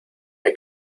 hay